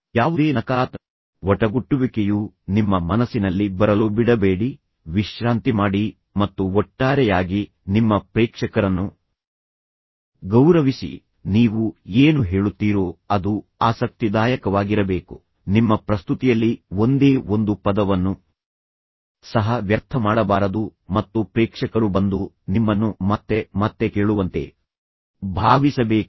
ಯಾವುದೇ ನಕಾರಾತ್ಮಕ ವಟಗುಟ್ಟುವಿಕೆಯು ನಿಮ್ಮ ಮನಸ್ಸಿನಲ್ಲಿ ಬರಲು ಬಿಡಬೇಡಿ ವಿಶ್ರಾಂತಿ ಮಾಡಿ ಮತ್ತು ಒಟ್ಟಾರೆಯಾಗಿ ನಿಮ್ಮ ಪ್ರೇಕ್ಷಕರನ್ನು ಗೌರವಿಸಿ ನೀವು ಏನು ಹೇಳುತ್ತೀರೋ ಅದು ಆಸಕ್ತಿದಾಯಕವಾಗಿರಬೇಕು ನಿಮ್ಮ ಪ್ರಸ್ತುತಿಯಲ್ಲಿ ಒಂದೇ ಒಂದು ಪದವನ್ನು ಸಹ ವ್ಯರ್ಥ ಮಾಡಬಾರದು ಮತ್ತು ಪ್ರೇಕ್ಷಕರು ಬಂದು ನಿಮ್ಮನ್ನು ಮತ್ತೆ ಮತ್ತೆ ಕೇಳುವಂತೆ ಭಾವಿಸಬೇಕು